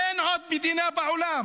אין עוד מדינה בעולם,